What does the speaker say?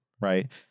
Right